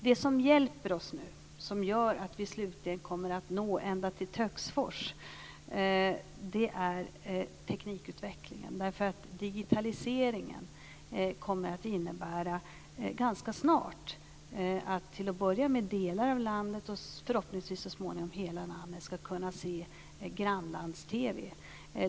Det som nu hjälper oss och som gör att vi slutligen kommer att nå ända till Töcksfors är teknikutvecklingen, därför att digitaliseringen kommer ganska snart att innebära att till att börja med delar av landet och förhoppningsvis så småningom hela landet skall kunna se grannlands-TV.